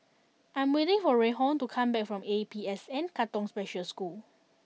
I am waiting for Reinhold to come back from A P S N Katong Special School